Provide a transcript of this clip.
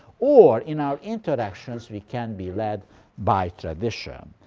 or, in our interactions we can be led by tradition.